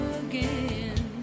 again